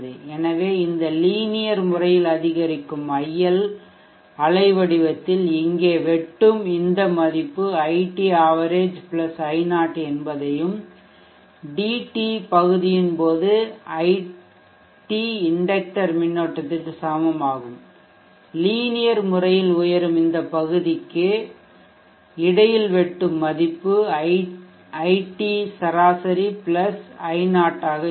எனவே இந்த லீனியர் முறையில் அதிகரிக்கும் ஐஎல் அலைவடிவத்தில் இங்கே வெட்டும் இந்த மதிப்பு iT ஆவரேஜ் i0 என்பதையும் dT பகுதியின் போது ஐடி இண்டக்டர் மின்னோட்டத்திற்கு சமம் ஆகும் லீனியர் முறையில் உயரும் பகுதிக்கு இடையில் வெட்டும் மதிப்பு iT சராசரி i0 ஆக இருக்கும்